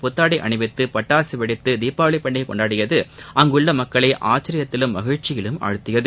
புத்தாடை அணிவித்து பட்டாசு வெடித்து தீபாவளி பண்டிகை கொண்டாடியது அங்குள்ள மக்களை ஆச்சரியத்திலும் மகிழ்ச்சியிலும் ஆழ்த்தியது